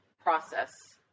process